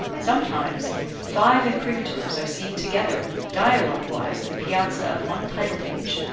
sometimes five imprimaturs are seen together dialogue-wise in the piazza of one title-page,